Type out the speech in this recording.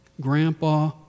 Grandpa